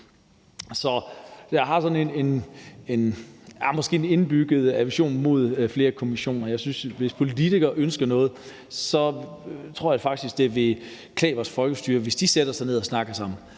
Så jeg har måske sådan en indbygget aversion mod flere kommissioner. Jeg synes, at hvis politikere ønsker noget, tror jeg faktisk, det vil klæde vores folkestyre, hvis de sætter sig ned og snakker sammen.